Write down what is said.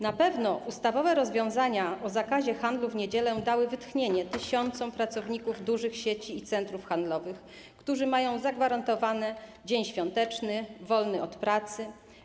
Na pewno ustawowe rozwiązania o zakazie handlu w niedziele dały wytchnienie tysiącom pracowników dużych sieci i centrów handlowych, którzy mają zagwarantowany dzień świąteczny wolny od pracy.